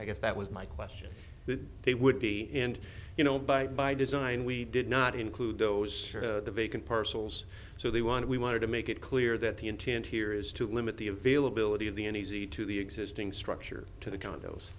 i guess that was my question that they would be and you know by by design we did not include those vacant parcels so they want we wanted to make it clear that the intent here is to limit the availability of the any easy to the existing structure to the condos